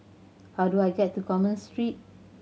how do I get to Commerce Street